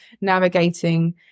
navigating